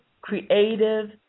creative